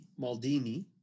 Maldini